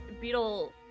Beetle